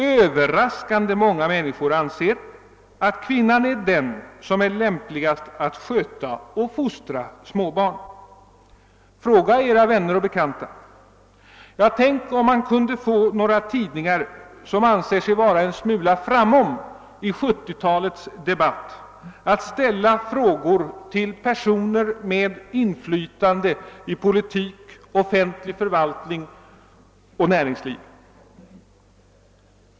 Överraskande många människor anser att kvinnan är den som är lämpligast att sköta och fostra småbarn. Fråga era vänner och bekanta! Och tänk om man kunde få några tidningar som anser sig vara en smula framom i 1970-talets debatt att ställa frågor till personer med inflytande i politik, offentlig förvaltning och näringsliv.